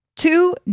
Two